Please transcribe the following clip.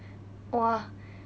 !wah!